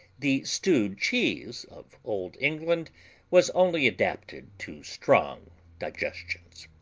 the stewed cheese of olde england was only adapted to strong digestions.